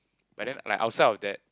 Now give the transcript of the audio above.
but then like outside of that